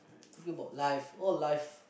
talking about life all life